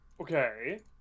Okay